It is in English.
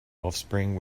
offspring